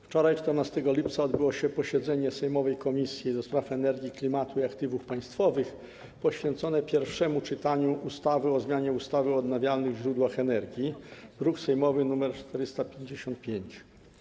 Wczoraj, 14 lipca, odbyło się posiedzenie sejmowej Komisji do Spraw Energii, Klimatu i Aktywów Państwowych poświęcone pierwszemu czytaniu ustawy o zmianie ustawy o odnawialnych źródłach energii, druk sejmowy nr 455.